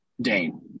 Dane